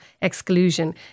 exclusion